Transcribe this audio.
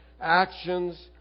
actions